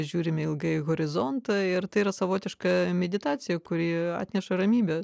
žiūrime ilgai į horizontą ir tai yra savotiška meditacija kuri atneša ramybę